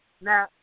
Now